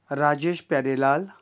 Rajesh Pyarelal